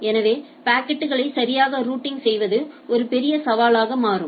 எனவே பாக்கெட்டுகளை சரியாக ரூட்டிங் செய்வது ஒரு பெரிய சவாலாக மாறும்